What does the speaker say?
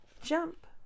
jump